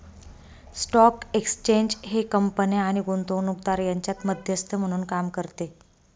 stock exchange हे कंपन्या आणि गुंतवणूकदार यांच्यात मध्यस्थ म्हणून काम करते